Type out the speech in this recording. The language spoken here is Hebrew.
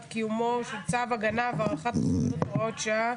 קיומו של צו הגנה והערכת מסוכנות)(הוראת שעה),